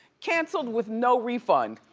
canceled with no refund.